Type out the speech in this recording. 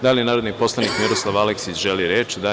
Da li narodni poslanik Miroslav Aleksić želi reč?